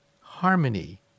harmony